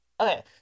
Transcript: Okay